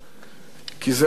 כי זה עולם אחר.